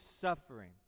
suffering